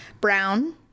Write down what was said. Brown